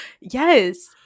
Yes